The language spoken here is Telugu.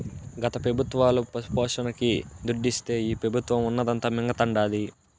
గత పెబుత్వాలు పశుపోషణకి దుడ్డిస్తే ఈ పెబుత్వం ఉన్నదంతా మింగతండాది